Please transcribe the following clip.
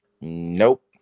Nope